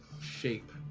shape